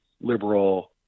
liberal